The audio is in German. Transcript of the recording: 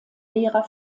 lehrer